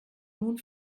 nun